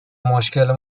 مشکل